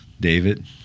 David